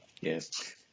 Yes